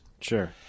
Sure